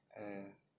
!aiya!